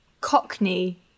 Cockney